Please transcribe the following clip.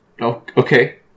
Okay